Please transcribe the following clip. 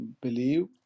believe